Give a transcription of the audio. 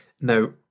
Now